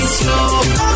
slow